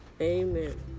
Amen